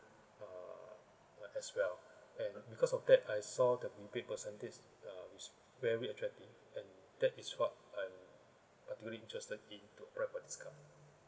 ah as well and because of that I saw the rebate percentage uh is very attractive and that is what I'm particularly interested in to know about this card